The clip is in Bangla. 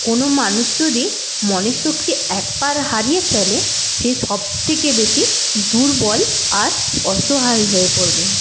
কোন মানুষ যদি মনের শক্তি একবার হারিয়ে ফেলে সে সবথেকে বেশী দুর্বল আর অসহায় হয়ে পড়বে